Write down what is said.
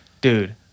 Dude